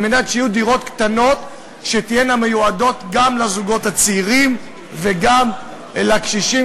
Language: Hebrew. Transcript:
כדי שתהיינה דירות קטנות שמיועדות גם לזוגות צעירים וגם לקשישים,